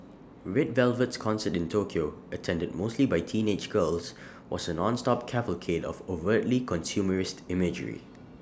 red Velvet's concert in Tokyo attended mostly by teenage girls was A nonstop cavalcade of overtly consumerist imagery